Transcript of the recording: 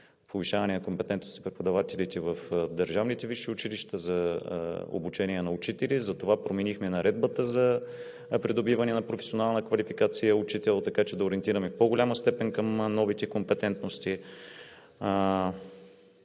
повишаване на компетентност на преподавателите в държавните висши училища за обучение на учители, затова променихме Наредбата за придобиване на професионална квалификация „Учител“, така че да ориентираме в по-голяма степен към новите компетентности.